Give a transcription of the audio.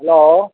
hello